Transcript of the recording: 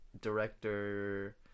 director